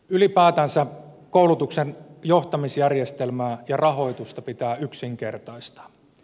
ylipäätänsä koulutuksen johtamisjärjestelmää ja rahoitusta pitää yksinkertaistaa